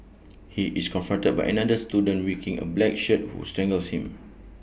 he is confronted by another student waking A black shirt who strangles him